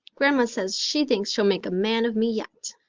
grandma says she thinks she'll make a man of me yet.